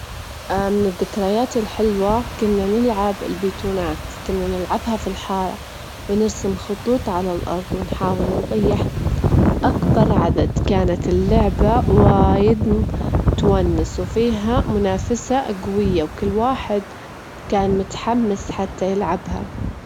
الحيوان الأليف المفضل لي، وأفضل القطط، أحب القطط مرة لأنها لطيفة ومستقلة، لكن في نفس الوقت إهي أليفة وتحب الرفجة، تحس أنها تساعد على خلق جو هادي بالبيت.